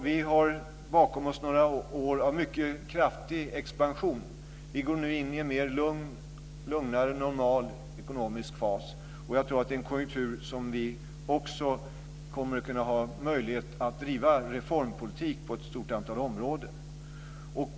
Vi har bakom oss några år av mycket kraftig expansion. Vi går nu in en lugnare och mer normal ekonomisk fas, och jag tror att det är en konjunktur som också kommer att ge oss möjlighet att driva reformpolitik på ett stort antal områden.